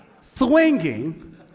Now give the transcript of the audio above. swinging